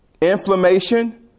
inflammation